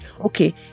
okay